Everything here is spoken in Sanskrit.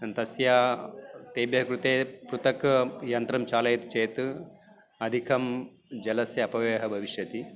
तस्य तेभ्यः कृते पृथक् यन्त्रं चालयति चेत् अधिकं जलस्य अपव्ययः भविष्यति